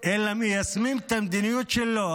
אלא מיישמים את המדיניות שלו.